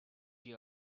you